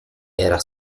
era